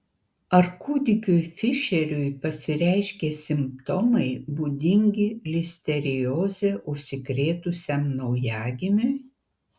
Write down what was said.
ar kūdikiui fišeriui pasireiškė simptomai būdingi listerioze užsikrėtusiam naujagimiui